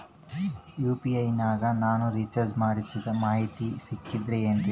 UPI ನಾಗ ನಾ recharge ಮಾಡಿಸಿದ ಮಾಹಿತಿ ಸಿಕ್ತದೆ ಏನ್ರಿ?